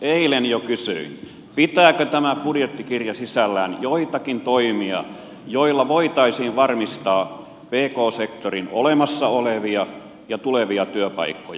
eilen jo kysyin pitääkö tämä budjettikirja sisällään joitakin toimia joilla voitaisiin varmistaa pk sektorin olemassa olevia ja tulevia työpaikkoja